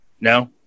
No